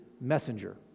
messenger